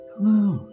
Hello